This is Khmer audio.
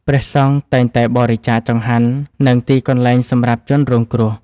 ព្រះសង្ឃតែងតែបរិច្ចាគចង្ហាន់ និងទីកន្លែងសម្រាប់ជនរងគ្រោះ។